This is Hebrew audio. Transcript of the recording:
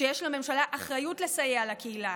שיש לממשלה אחריות לסייע לקהילה,